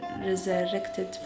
resurrected